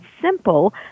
simple